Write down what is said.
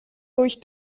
durch